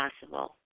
possible